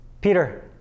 Peter